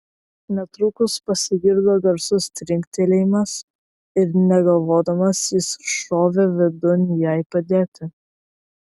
netrukus pasigirdo garsus trinktelėjimas ir negalvodamas jis šovė vidun jai padėti